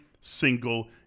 single